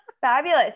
Fabulous